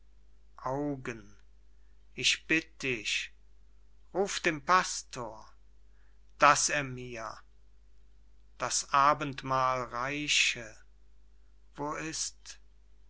augen ich bitt dich ruf dem pastor daß er mir das abendmahl reiche wo ist